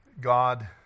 God